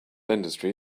industry